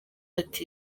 ati